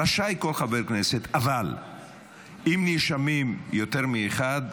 רשאי כל חבר כנסת, אבל אם נרשמים יותר מאחד,